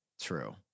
True